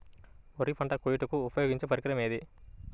వరి పంట కోయుటకు ఉపయోగించే పరికరం ఏది?